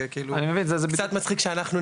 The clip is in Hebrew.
זה קצת מצחיק שאנחנו,